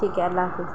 ٹھیک ہے اللہ حافظ